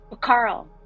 Carl